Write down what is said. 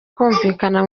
kumvikana